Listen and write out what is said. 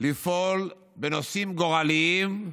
לפעול בנושאים גורליים.